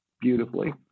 beautifully